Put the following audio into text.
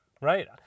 right